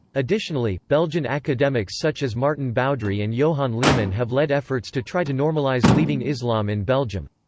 additionally, belgian academics such as maarten boudry and johan leman have led efforts to try to normalize leaving islam in belgium.